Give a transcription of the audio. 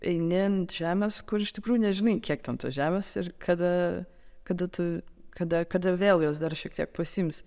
eini ant žemės kur iš tikrųjų nežinai kiek ten tos žemės ir kada kada tu kada kada vėl jos dar šiek tiek pasiims